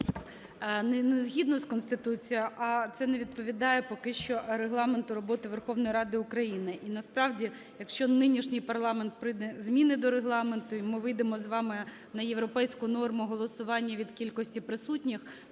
Не згідно з Конституцією, а це не відповідає поки що Регламенту роботи Верховної Ради України. І насправді, якщо нинішній парламент прийме зміни до Регламенту, і ми вийдемо з вами на європейську норму голосування від кількості присутніх,